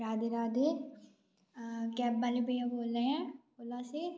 Radhe Radhe cab बाले भैया बोल रहे हैं ओला से